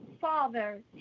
father